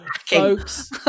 folks